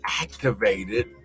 activated